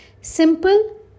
simple